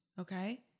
Okay